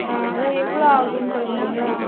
ஆ அதான் எவ்வளோ ஆகும்னு சொல்ல முடியுங்களா